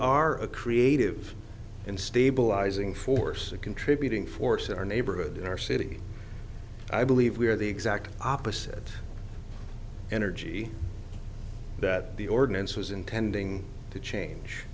are a creative and stabilizing force a contributing force in our neighborhood and our city i believe we are the exact opposite energy that the ordinance was intending to change